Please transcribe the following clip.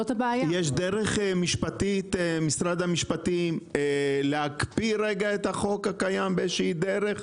ישנה דרך משפטית להקפיא את החוק הקיים באיזו שהיא דרך?